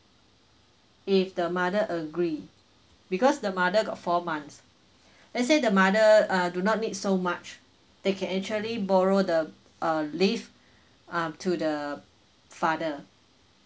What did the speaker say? if the mother agree because the mother got four months let's say the mother uh do not need so much they can actually borrow the uh leave um to the father